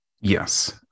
Yes